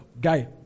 guy